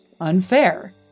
unfair